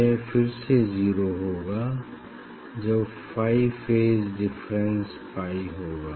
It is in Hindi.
यह फिर से जीरो होगा जब फाई फेज डिफरेंस पाई होगा